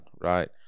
right